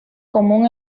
común